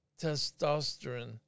testosterone